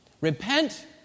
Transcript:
Repent